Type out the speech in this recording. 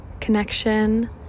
connection